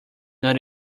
not